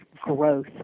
growth